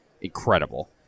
incredible